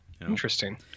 Interesting